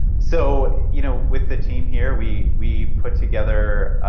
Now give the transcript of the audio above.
so you know with the team here, we we put together